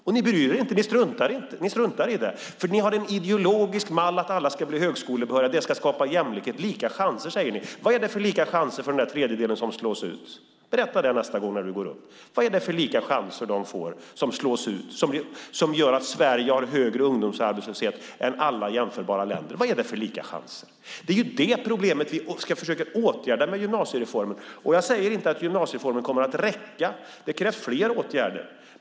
Och ni bryr er inte. Ni struntar i det, för ni har en ideologisk mall att alla ska bli högskolebehöriga. Det ska skapa jämlikhet och lika chanser, säger ni. Vad är det för lika chanser för den tredjedel som slås ut? Berätta det nästa gång du går upp i talarstolen, Gustav Fridolin! Vad är det för lika chanser de får som slås ut och som gör att Sverige har högre ungdomsarbetslöshet än alla jämförbara länder? Vad är det för lika chanser? Det är det problemet vi ska försöka åtgärda med gymnasiereformen. Jag säger inte att gymnasiereformen kommer att räcka; det krävs fler åtgärder.